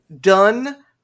done